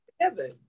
together